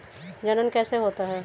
जनन कैसे होता है बताएँ?